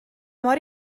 mor